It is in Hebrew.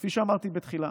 כפי שאמרתי בתחילה,